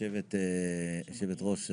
יושבת הראש,